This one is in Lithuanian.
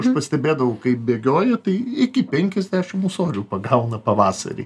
aš pastebėdavau kaip bėgioja tai iki penkiasdešim ūsorių pagauna pavasarį